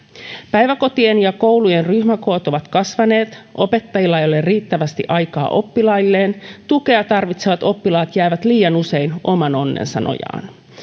päiväkotien ja koulujen ryhmäkoot ovat kasvaneet opettajilla ei ole riittävästi aikaa oppilailleen tukea tarvitsevat oppilaat jäävät liian usein oman onnensa nojaan